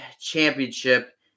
Championship